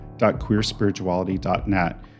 queerspirituality.net